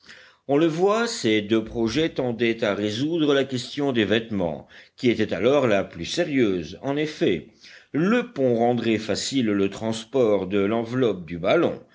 on le voit ces deux projets tendaient à résoudre la question des vêtements qui était alors la plus sérieuse en effet le pont rendrait facile le transport de l'enveloppe du ballon